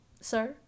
sir